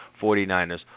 49ers